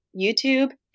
YouTube